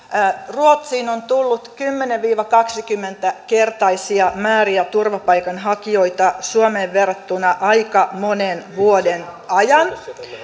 ruotsiin on tullut kymmenen viiva kaksikymmentä kertaisia määriä turvapaikanhakijoita suomeen verrattuna aika monen vuoden ajan